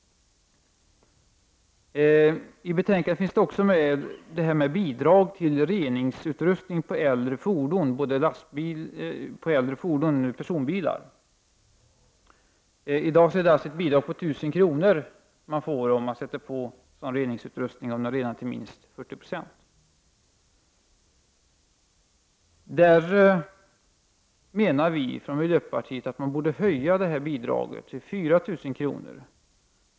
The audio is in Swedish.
I betänkandet behandlas också frågan om bidrag till reningsutrustning på äldre personbilar. I dag kan man få ett bidrag på 1 000 kr. om man sätter in reningsutrustning som renar till minst 40 96. Vi från miljöpartiet menar att man borde höja detta bidrag till 4 000 kr.